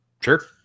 sure